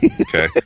Okay